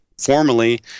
formally